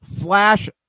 Flash